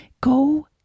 Go